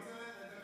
אני רוצה לתקן את